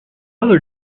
other